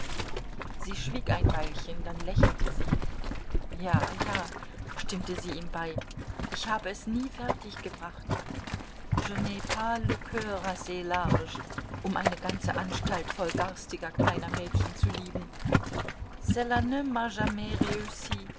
sie schwieg ein weilchen dann lächelte sie ja ja stimmte sie ihm bei ich habe es nie fertiggebracht je n'ai pas le cur assez large um eine ganze anstalt voll garstiger kleiner mädchen zu lieben